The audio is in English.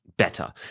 Better